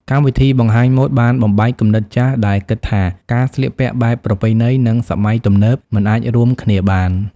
កម្មវិធីបង្ហាញម៉ូដបានបំបែកគំនិតចាស់ដែលគិតថាការស្លៀកពាក់បែបប្រពៃណីនិងសម័យទំនើបមិនអាចរួមគ្នាបាន។